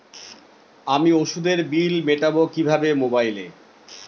আমি ওষুধের বিল মেটাব কিভাবে মোবাইলে?